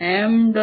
m